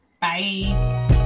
bye